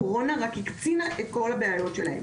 הקורונה רק הקצינה את כל הבעיות שלהם